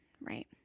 right